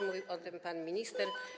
Mówił też o tym pan minister.